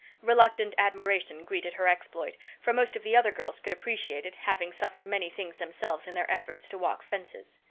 reluctant admiration greeted her exploit, for most of the other girls could appreciate it, having suffered many things themselves in their efforts to walk fences.